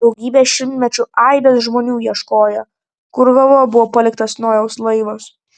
daugybę šimtmečių aibės žmonių ieškojo kur galop buvo paliktas nojaus laivas